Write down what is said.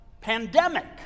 pandemic